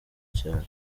cyane